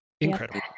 Incredible